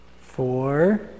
four